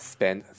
Spend